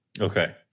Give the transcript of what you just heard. okay